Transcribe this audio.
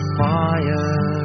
fire